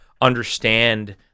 understand